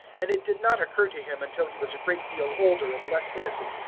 and it did not occur to him until he was a great deal older and less innocent,